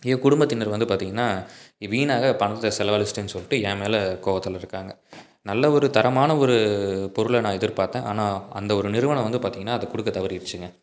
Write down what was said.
என் குடும்பத்தினர் வந்து பார்த்தீங்கன்னா வீணாக பணத்தை செலவழித்துட்டேன்னு சொல்லிட்டு என் மேல் கோபத்துல இருக்காங்க நல்ல ஒரு தரமான ஒரு பொருளை நான் எதிர்பார்த்தேன் ஆனால் அந்த ஒரு நிறுவனம் வந்து பார்த்தீங்கன்னா அது கொடுக்க தவறிடுத்துங்க